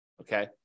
Okay